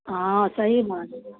हॅं सहीमे